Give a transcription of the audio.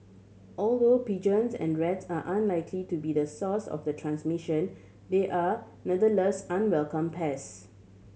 although pigeons and rats are unlikely to be the source of the transmission they are nonetheless unwelcome pests